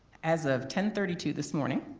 as of ten thirty two this morning,